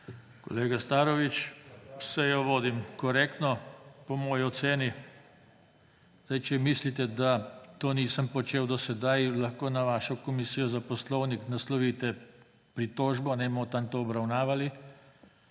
Kolega Starović, sejo vodim korektno po moji oceni. Če mislite, da tega nisem počel do sedaj, lahko na vašo Komisijo za poslovnik naslovite pritožbo in bomo tam to obravnavali.